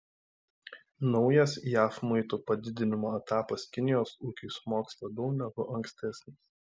naujas jav muitų padidinimo etapas kinijos ūkiui smogs labiau negu ankstesnis